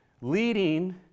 leading